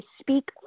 speak